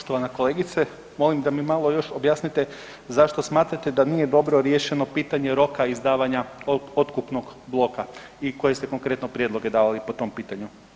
Poštovana kolegice, molim da mi malo još objasnite zašto smatrate da nije dobro riješeno pitanje roka izdavanja otkupnog bloka i koje ste konkretno prijedloge dali po tom pitanju?